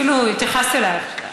אפילו התייחסתי אלייך.